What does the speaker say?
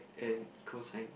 and eco science